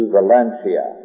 Valencia